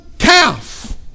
calf